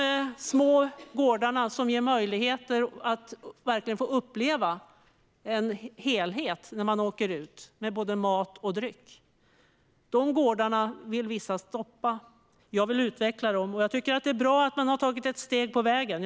De små gårdarna som ger möjlighet att verkligen få uppleva en helhet med både mat och dryck vill vissa stoppa. Jag vill utveckla dem, och jag tycker att det är bra att man har tagit ett steg på vägen.